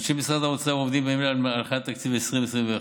אנשי משרד האוצר עובדים בימים האלה על הכנת תקציב 2021,